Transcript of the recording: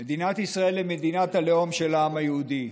מדינת ישראל היא מדינת הלאום של העם היהודי,